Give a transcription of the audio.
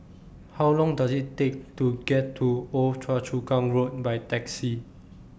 How Long Does IT Take to get to Old Choa Chu Kang Road By Taxi